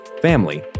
family